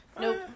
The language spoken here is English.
Nope